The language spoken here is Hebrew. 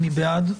מי בעד?